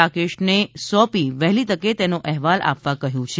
રાકેશને સોંપી વહેલી તકે તેનો અહેવાલ આપવા કહ્યું છે